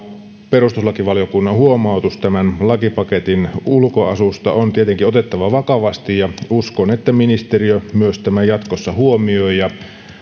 perustuslakivaliokunnan huomautus tämän lakipaketin ulkoasusta on tietenkin otettava vakavasti uskon että ministeriö myös tämän jatkossa huomioi ja